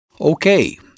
Okay